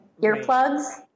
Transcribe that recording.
earplugs